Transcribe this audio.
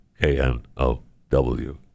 K-N-O-W